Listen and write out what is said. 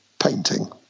painting